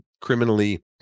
criminally